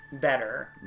better